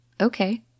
Okay